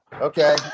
Okay